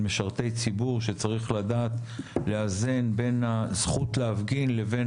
שצריך לדעת לאזן בין הזכות להפגין לבין